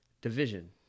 division